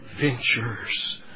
ventures